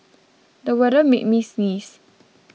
the weather made me sneeze